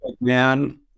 man